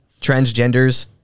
Transgenders